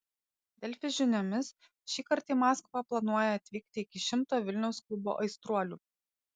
delfi žiniomis šįkart į maskvą planuoja atvykti iki šimto vilniaus klubo aistruolių